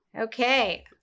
Okay